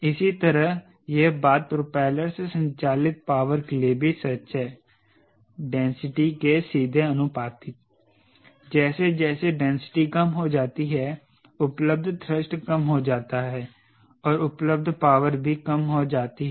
इसी तरह यह बात प्रोपेलर से संचालित पॉवर के लिए सच है डेंसिटी के सीधे अनुपातिक जैसे जैसे डेंसिटी कम होती है उपलब्ध थ्रस्ट कम हो जाता है और उपलब्ध पॉवर भी कम हो जाती है